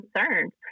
concerns